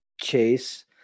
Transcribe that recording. chase